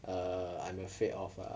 err I'm afraid of uh